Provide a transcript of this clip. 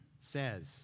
says